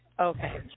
Okay